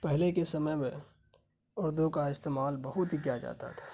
پہلے کے سمے میں اردو کا استعمال بہت ہی کیا جاتا تھا